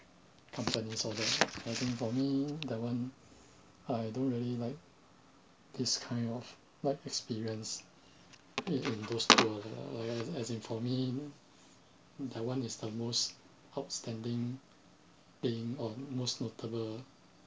companies all that I think for me that one I don't really like this kind of like experience in in those tour lah as as in for me that one is the most outstanding pain of most notable